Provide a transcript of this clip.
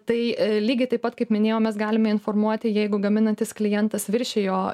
tai lygiai taip pat kaip minėjau mes galime informuoti jeigu gaminantis klientas viršijo